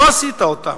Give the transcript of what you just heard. לא עשית אותם.